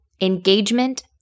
engagement